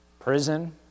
Prison